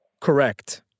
Correct